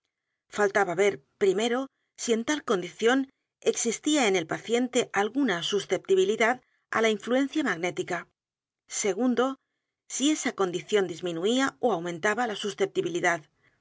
faltaba ver primero si en tal condición existía en el paciente alguna susceptibilidad á la influencia m a g n é t i c a segundo si esa condición diminuía ó aumentaba la susceptibilidad